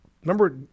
Remember